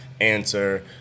answer